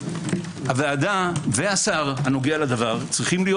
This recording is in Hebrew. הוועדה והשר הנוגע לדבר צריכים להיות